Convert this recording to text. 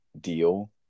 deal